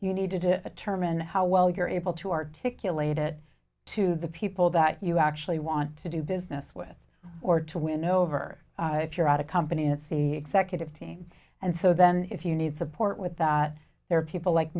you need to determine how well you're able to articulate it to the people that you actually want to do business with or to win over if you're at a company and see executive team and so then if you need support with that there are people like